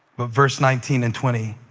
but verses nineteen and twenty